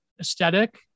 aesthetic